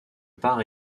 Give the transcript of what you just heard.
part